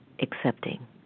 accepting